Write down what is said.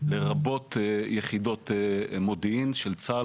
לרבות יחידות מודיעין של צה"ל,